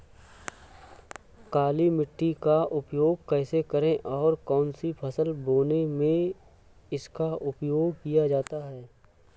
काली मिट्टी का उपयोग कैसे करें और कौन सी फसल बोने में इसका उपयोग किया जाता है?